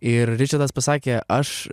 ir ričardas pasakė aš